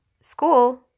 school